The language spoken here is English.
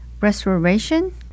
Restoration